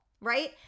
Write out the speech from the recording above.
right